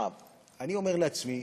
אני אומר לעצמי,